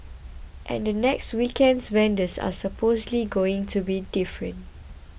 and the next weekend's vendors are supposedly going to be different